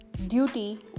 duty